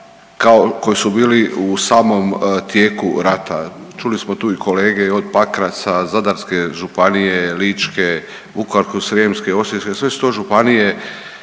koji su bili u samom tijeku rata. Čuli smo tu i kolege i od Pakraca, Zadarske županije, Ličke, Vukovarsko-srijemske, Osječke, sve su to županije